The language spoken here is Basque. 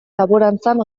laborantzan